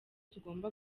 tugomba